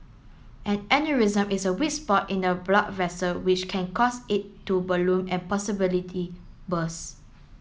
an aneurysm is a weak spot in a blood vessel which can cause it to balloon and possibility burst